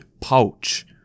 pouch